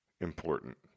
important